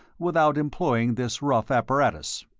without employing this rough apparatus.